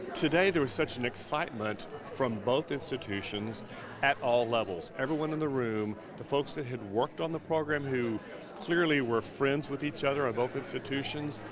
today there was such an excitement from both institutions at all levels. everyone in the room, the folks that had worked on the program who clearly were friends with each other at ah both institutions,